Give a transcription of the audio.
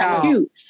cute